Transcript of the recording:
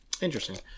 interesting